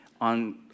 on